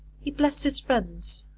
he blessed his friends,